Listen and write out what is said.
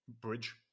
Bridge